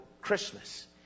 Christmas